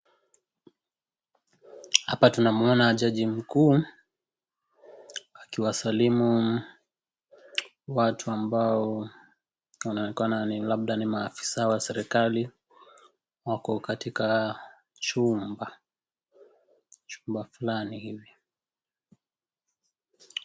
Hapa tunamwona jaji mkuu akiwasalimu watu ambao wanaonekana ni labda ni maafisaa wa serikali wako katika chumba , chumba fulani hivi.